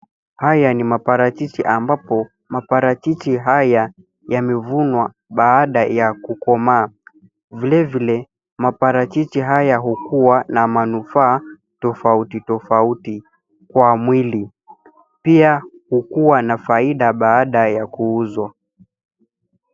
Haya ni maparachichi ambapo maparachichi haya yamevunwa baada ya kukomaa. Vile vile maparachichi haya hukuwa na manufaa tofauti tofauti kwa mwili pia hukuwa na faida baada ya kuuzwa.